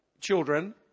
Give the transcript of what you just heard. children